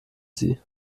sie